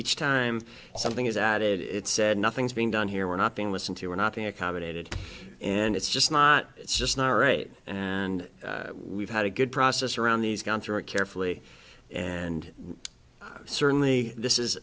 each time something is added it's said nothing's being done here we're not being listened to we're not being accommodated and it's just not it's just not right and we've had a good process around these gone through it carefully and certainly this is